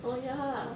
oh ya